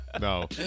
No